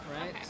right